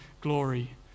glory